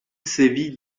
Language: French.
sévit